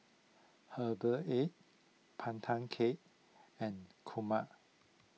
Herbal Egg Pandan Cake and Kurma